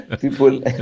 People